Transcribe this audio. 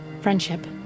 Friendship